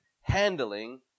handling